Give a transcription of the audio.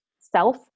self